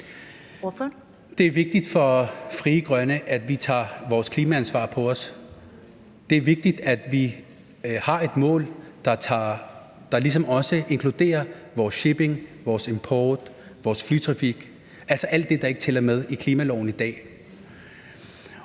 Det er vigtigt for Frie Grønne, at vi tager vores klimaansvar på os. Det er vigtigt, at vi har et mål, der også inkluderer vores shipping, vores import, vores flytrafik – altså, alt det, der ikke tæller med i klimaloven i dag.